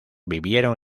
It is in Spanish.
vivieron